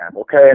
okay